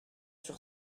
sur